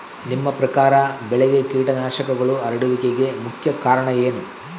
ನಿಮ್ಮ ಪ್ರಕಾರ ಬೆಳೆಗೆ ಕೇಟನಾಶಕಗಳು ಹರಡುವಿಕೆಗೆ ಮುಖ್ಯ ಕಾರಣ ಏನು?